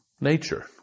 nature